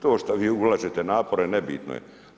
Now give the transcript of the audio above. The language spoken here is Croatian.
To šta vi ulažete napore nebitno je.